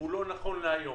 לא נכון להיום.